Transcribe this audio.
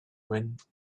wind